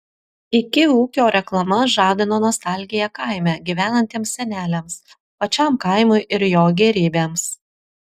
iki ūkio reklama žadino nostalgiją kaime gyvenantiems seneliams pačiam kaimui ir jo gėrybėms